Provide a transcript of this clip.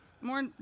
More